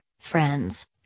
friends